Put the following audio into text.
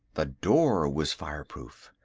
the door was fireproof.